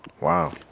wow